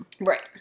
Right